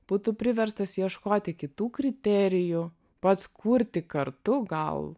būtų priverstas ieškoti kitų kriterijų pats kurti kartu gal